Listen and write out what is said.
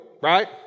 right